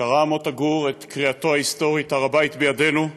קרא מוטה גור את קריאתו ההיסטורית "הר הבית בידינו".